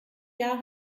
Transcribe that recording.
jahr